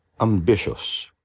ambitious